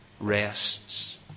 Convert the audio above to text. rests